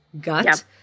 gut